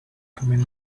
becoming